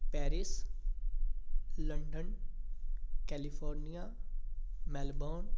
Paris London California Melbourne